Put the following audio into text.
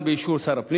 הנושא,